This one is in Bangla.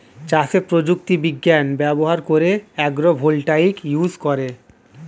চাষে প্রযুক্তি বিজ্ঞান ব্যবহার করে আগ্রো ভোল্টাইক ইউজ করে